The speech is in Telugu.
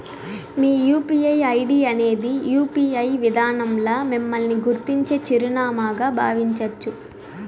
మీ యూ.పీ.ఐ ఐడీ అనేది యూ.పి.ఐ విదానంల మిమ్మల్ని గుర్తించే చిరునామాగా బావించచ్చు